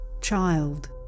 child